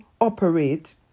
operate